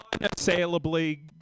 unassailably